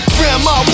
Grandma